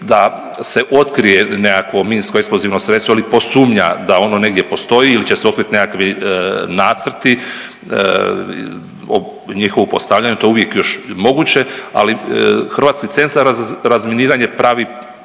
da se otkrije nekakvo minsko-eksplozivno sredstvo ili posumnja da ono negdje postoji ili će se opet nekakvi nacrti i njihovo postavljanje to još uvije moguće, ali Hrvatski centar razminiranje pravi